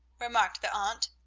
remarked the aunt.